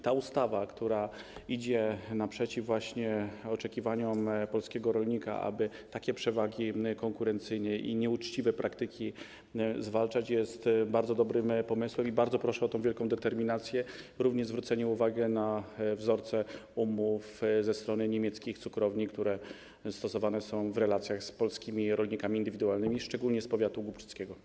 Ta ustawa, która idzie naprzeciw właśnie oczekiwaniom polskiego rolnika, aby takie przewagi konkurencyjne i nieuczciwe praktyki zwalczać, jest bardzo dobrym pomysłem i bardzo proszę o wielką determinację, jak również zwrócenie uwagi na wzorce umów ze strony niemieckich cukrowni, które są stosowane w relacjach z polskimi rolnikami indywidualnymi, szczególnie z powiatu głubczyckiego.